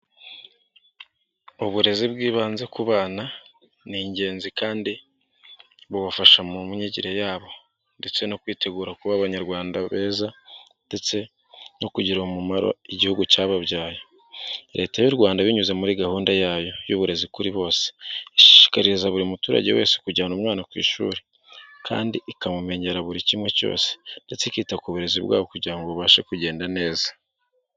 Uburezi bw'ibanze ku bana ni ingenzi kandi bubafasha mu myigire yabo ndetse no kwitegura kuba Abanyarwanda beza ndetse no kugira umumaro igihugu cyababyaye. Leta y'u Rwanda binyuze muri gahunda yayo y'uburezi kuri bose ishishikariza buri muturage wese kujyana umwana ku ishuri kandi ikamumenyera buri kimwe cyose ndetse i ikita ku burezi bwabo kugira ngo bubashe kugenda neza.